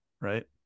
right